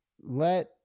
let